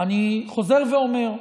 אני חוזר ואומר,